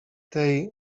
tej